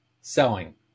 selling